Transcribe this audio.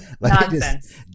Nonsense